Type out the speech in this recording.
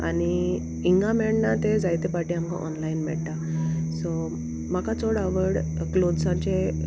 आनी हिंगा मेळना तें जायते पाटी आमकां ऑनलायन मेळटा सो म्हाका चड आवड क्लोसाचे